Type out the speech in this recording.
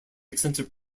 extensive